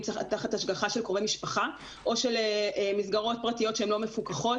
תחת השגחה של קרובי משפחה או של מסגרות פרטיות שהן לא מפוקחות.